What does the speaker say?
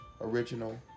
Original